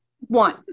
one